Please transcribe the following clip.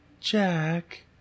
Jack